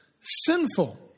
Sinful